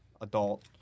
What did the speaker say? adult